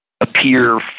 appear